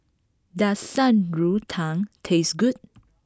does Shan Rui Tang taste good